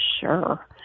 Sure